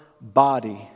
body